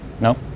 No